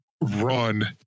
run